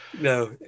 No